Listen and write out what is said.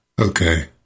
Okay